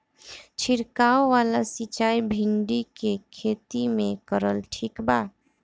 छीरकाव वाला सिचाई भिंडी के खेती मे करल ठीक बा?